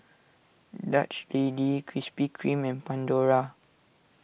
Dutch Lady Krispy Kreme and Pandora